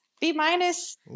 B-minus